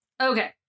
Okay